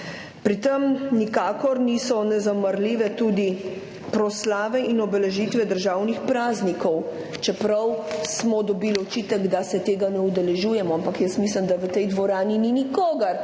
Pri tem nikakor niso zanemarljive tudi proslave in obeležitve državnih praznikov, čeprav smo dobili očitek, da se tega ne udeležujemo. Ampak jaz mislim, da v tej dvorani ni nikogar,